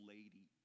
Lady